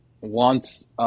wants